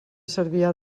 cervià